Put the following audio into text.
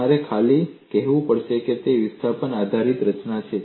તમારે ખાલી કહેવું પડશે કે તે વિસ્થાપન આધારિત રચનાં છે